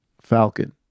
falcon